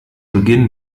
beginn